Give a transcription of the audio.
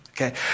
okay